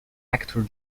actor